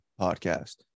podcast